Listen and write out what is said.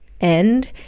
end